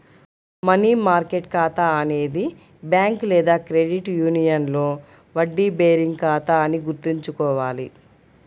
money market ఖాతా అనేది bank లేదా క్రెడిట్ యూనియన్లో వడ్డీ బేరింగ్ ఖాతా అని గుర్తుంచుకోవాలి